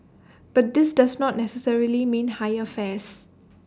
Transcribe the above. but this does not necessarily mean higher fares